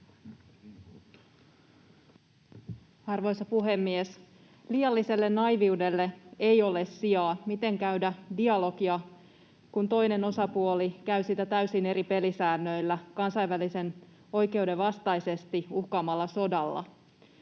Arvoisa puhemies! Liialliselle naiiviudelle ei ole sijaa. Miten käydä dialogia, kun toinen osapuoli käy sitä täysin eri pelisäännöillä kansainvälisen oikeuden vastaisesti uhkaamalla sodalla?